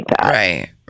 Right